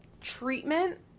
treatment